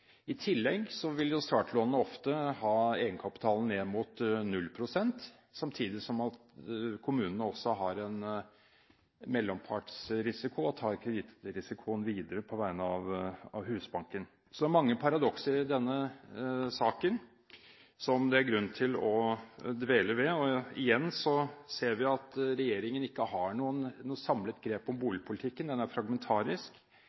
I tillegg vil jo startlånene ofte ha egenkapitalen ned mot 0 pst., samtidig som kommunene også har en mellompartsrisiko og tar kredittrisikoen videre på vegne av Husbanken. Så det er mange paradokser, som det er grunn til å dvele ved, i denne saken. Og igjen ser vi at regjeringen ikke har noe samlet grep om